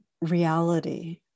reality